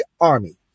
army